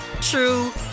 true